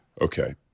Okay